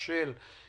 של